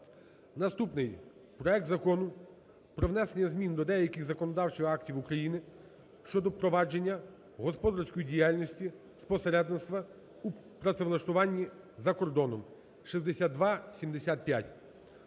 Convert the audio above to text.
Наступний: проект Закону про внесення змін до деяких законодавчих актів України щодо провадження господарської діяльності з посередництва у працевлаштуванні за кордоном (6275).